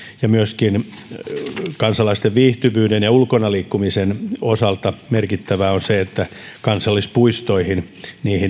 ja kansalaisten viihtyvyyden ja ulkona liikkumisen osalta merkittävää on se että kansallispuistoihin